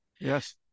yes